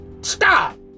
Stop